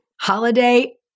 holiday